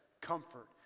comfort